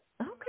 Okay